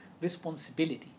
responsibility